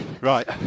Right